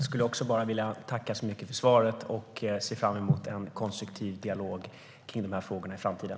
Herr talman! Jag vill tacka för svaret och ser fram emot en konstruktiv dialog om dessa frågor i framtiden.